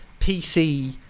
PC